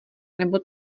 nebo